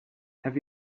have